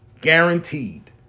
Guaranteed